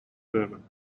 berman